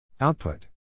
output